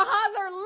Father